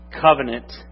covenant